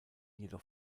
jedoch